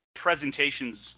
presentations